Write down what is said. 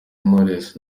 knowless